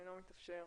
אינו מתאפשר.